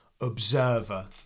observer